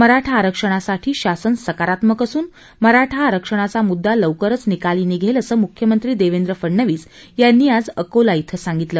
मराठा आरक्षणासाठी शासन सकारात्मक असून मराठा आरक्षणाचा मुद्दा लवकरच निकाली निघेल असं मुख्यमंत्री देवेंद्र फडणवीस यांनी आज अकोला शिं सांगितलं